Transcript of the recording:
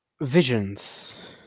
visions